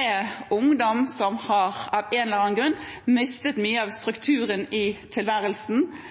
er ungdom som av en eller annen grunn har mistet mye av